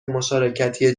مشارکتی